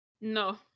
No